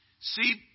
See